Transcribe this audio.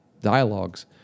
dialogues